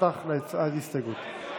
ההסתייגות (69) של קבוצת סיעת הליכוד,